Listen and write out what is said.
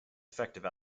effective